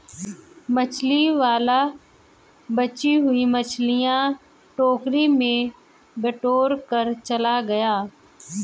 मछली वाला बची हुई मछलियां टोकरी में बटोरकर चला गया